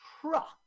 truck